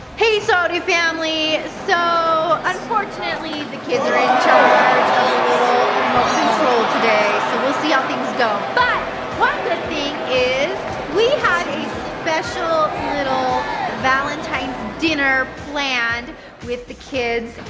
hey soty family, so unfortunately the kids are in charge of the little remote control today so we'll see how ah things go but one good thing is we have a special, little valentine's dinner planned with the kids.